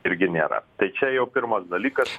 irgi nėra tai čia jau pirmas dalykas